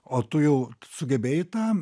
o tu jau sugebėjai tą